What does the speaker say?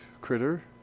critter